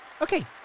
Okay